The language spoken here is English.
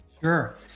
Sure